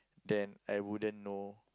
then I wouldn't know